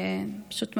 זה פשוט מדהים,